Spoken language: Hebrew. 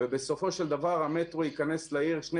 ובסופו של דבר המטרו ייכנס לעיר שני